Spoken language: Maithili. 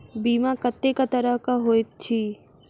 बीमा कत्तेक तरह कऽ होइत छी?